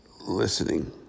listening